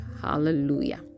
Hallelujah